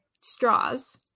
straws